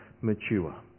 mature